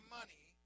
money